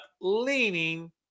leaning